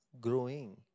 growing